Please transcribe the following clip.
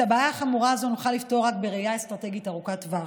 את הבעיה החמורה הזאת נוכל לפתור רק בראייה אסטרטגית ארוכת טווח.